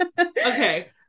Okay